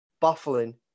baffling